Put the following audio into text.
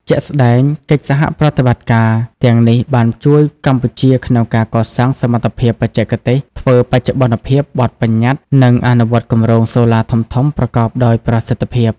ជាក់ស្តែង កិច្ចសហប្រតិបត្តិការទាំងនេះបានជួយកម្ពុជាក្នុងការកសាងសមត្ថភាពបច្ចេកទេស ធ្វើបច្ចុប្បន្នភាពបទប្បញ្ញត្តិ និងអនុវត្តគម្រោងសូឡាធំៗប្រកបដោយប្រសិទ្ធភាព។